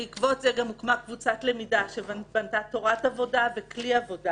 בעקבות זה גם הוקמה קבוצת למידה שבנתה תורת עבודה וכלי עבודה,